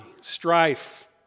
strife